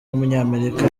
w’umunyamerika